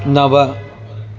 नव